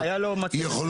יפה.